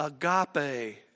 agape